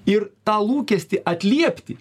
ir tą lūkestį atliepti